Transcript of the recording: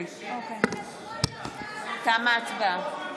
תמה ההצבעה.